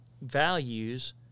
values